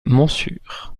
montsûrs